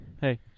hey